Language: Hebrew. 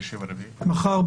מחר,